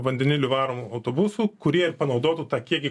vandeniliu varomų autobusų kurie panaudotų tą kiekį